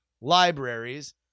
libraries